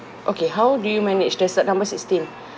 okay how do you manage there's at number sixteen